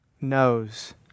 knows